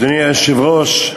אדוני היושב-ראש,